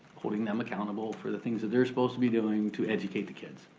holding them accountable for the things that they're supposed to be doing to educate the kids.